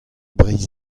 breizh